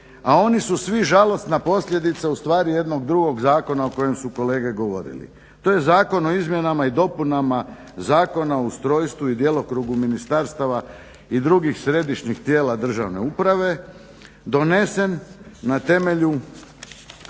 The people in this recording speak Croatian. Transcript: a oni su svi žalosna posljedica ustvari jednog drugog zakona o kojem su kolege govorili. To je Zakon o izmjenama i dopunama Zakona o ustrojstvu i djelokrugu ministarstava i drugih središnjih tijela državne uprave donesen na temelju,